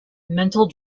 mental